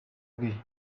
bwe